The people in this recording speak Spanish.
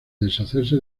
deshacerse